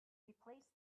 replace